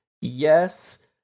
yes